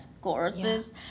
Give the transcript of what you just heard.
courses